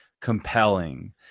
compelling